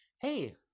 Hey